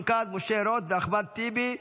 רון כץ, משה רוט ואחמד טיבי.